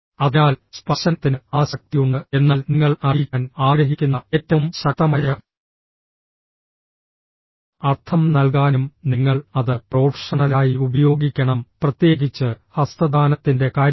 അതിനാൽ സ്പർശനത്തിന് ആ ശക്തിയുണ്ട് എന്നാൽ നിങ്ങൾ അറിയിക്കാൻ ആഗ്രഹിക്കുന്ന ഏറ്റവും ശക്തമായ അർത്ഥം നൽകാനും നിങ്ങൾ അത് പ്രൊഫഷണലായി ഉപയോഗിക്കണം പ്രത്യേകിച്ച് ഹസ്തദാനത്തിന്റെ കാര്യത്തിൽ